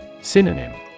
Synonym